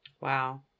Wow